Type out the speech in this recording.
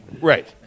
Right